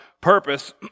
purpose